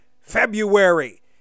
February